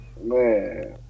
Man